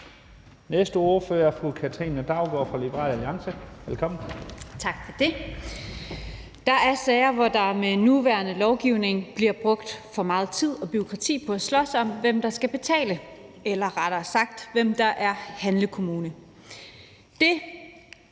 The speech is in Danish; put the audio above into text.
Næste ordfører er fru Katrine Daugaard fra Liberal Alliance. Velkommen. Kl. 16:11 (Ordfører) Katrine Daugaard (LA): Tak for det. Der er sager, hvor der under nuværende lovgivning bliver brugt for meget tid og bureaukrati på at slås om, hvem der skal betale – eller rettere sagt, hvem der er handlekommune.